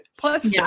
Plus